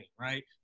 right